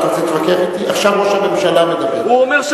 הוא אומר,